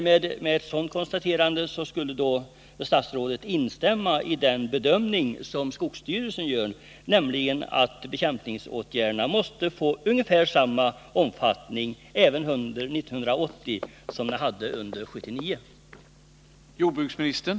Med ett sådant uttalande skulle statsrådet instämma i den bedömning som skogsstyrelsen gör, nämligen att bekämpningsåtgärderna måste få ungefär samma omfattning under 1980 som de hade under 1979.